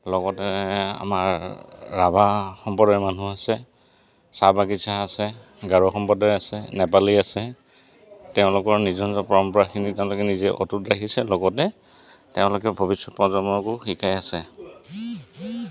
লগতে আমাৰ ৰাভা সম্প্ৰদায়ৰ মানুহ আছে চাহ বাগিচা আছে গাৰো সম্প্ৰদায় আছে নেপালী আছে তেওঁলোকৰ নিজৰ নিজৰ পৰম্পৰাখিনি তেওঁলোকে নিজে অটুট ৰাখিছে লগতে তেওঁলোকে ভৱিষ্যত প্ৰজন্মকো শিকাই আছে